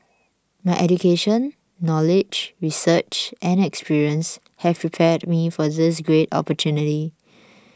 my education knowledge research and experience have prepared me for this great opportunity